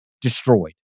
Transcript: destroyed